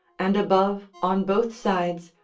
and above, on both sides,